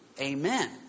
Amen